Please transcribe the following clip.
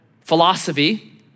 philosophy